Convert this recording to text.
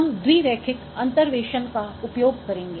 हम द्विरैखिक अंतर्वेशन का उपयोग करेंगे